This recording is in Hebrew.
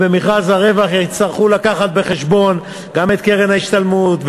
במכרז הרווח ויצטרכו לקחת בחשבון גם את קרן ההשתלמות,